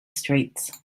streets